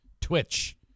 Twitch